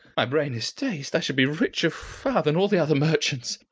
my brain is dazed. i shall be richer far than all the other merchants.